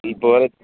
இப்போது வேறு